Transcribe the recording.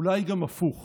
אולי גם הפוך.